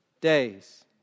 days